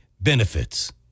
benefits